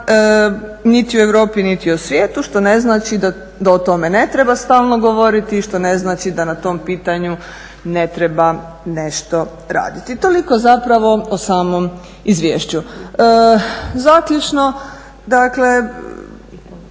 niti u Europi niti u svijetu, što ne znači da o tome ne treba stalno govoriti, i što ne znači da na tom pitanju ne treba nešto raditi. Toliko zapravo o samom izvješću. Zaključno, dakle